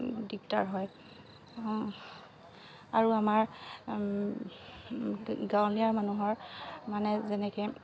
দিগদাৰ হয় আৰু আমাৰ গাঁৱলীয়া মানুহৰ মানে যেনেকৈ